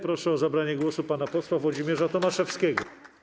Proszę o zabranie głosu pana posła Włodzimierza Tomaszewskiego.